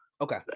Okay